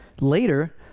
Later